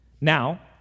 Now